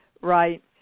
right